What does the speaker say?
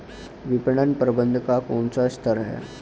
विपणन प्रबंधन का कौन सा स्तर है?